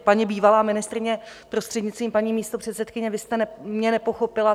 Paní bývalá ministryně, prostřednictvím paní místopředsedkyně, vy jste mě nepochopila.